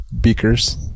beakers